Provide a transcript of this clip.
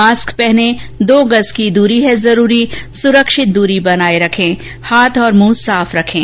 mask पहनें दो गज़ की दूरी है जरूरी सुरक्षित दूरी बनाए रखें हाथ और मुंह साफ रखें